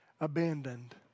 abandoned